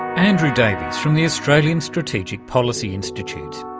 andrew davies from the australian strategic policy institute.